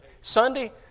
Sunday